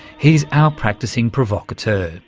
he's our practising provocateur.